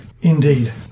Indeed